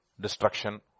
destruction